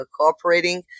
cooperating